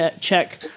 check